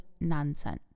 nonsense